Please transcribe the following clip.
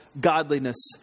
godliness